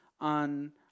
on